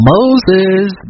Moses